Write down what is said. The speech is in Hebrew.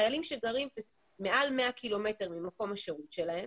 חיילים שגרים מעל 100 ק"מ ממקום השירות שלהם